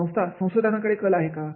संस्थेचा संशोधनाकडे कल आहे का